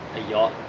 a yacht,